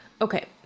Okay